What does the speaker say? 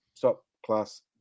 top-class